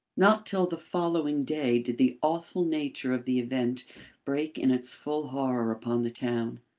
not till the following day did the awful nature of the event break in its full horror upon the town.